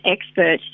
expert